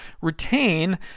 retain